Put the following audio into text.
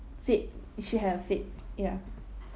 fate she had a fate ya